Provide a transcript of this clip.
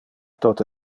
tote